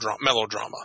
melodrama